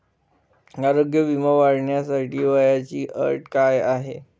आरोग्य विमा काढण्यासाठी वयाची अट काय आहे?